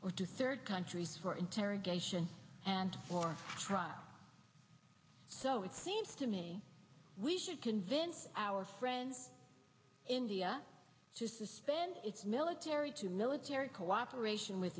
or to third countries for interrogation and for trial so it seems to me we should convince our friends india to suspend it's military to military cooperation with